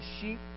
sheep